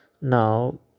Now